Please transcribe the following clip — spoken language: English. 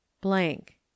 blank